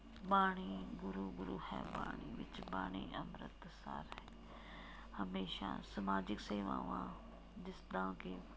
ਬਾਣੀ ਗੁਰੂ ਗੁਰੂ ਹੈ ਬਾਣੀ ਵਿਚ ਬਾਣੀ ਅੰਮ੍ਰਿਤ ਸਾਰੇ ਹਮੇਸ਼ਾਂ ਸਮਾਜਿਕ ਸੇਵਾਵਾਂ ਜਿਸ ਤਰ੍ਹਾਂ ਕਿ